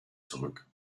zurück